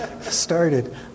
started